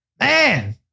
man